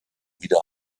wieder